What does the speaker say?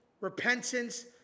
repentance